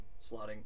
slotting